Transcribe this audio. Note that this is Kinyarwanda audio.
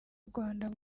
rwanda